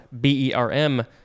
B-E-R-M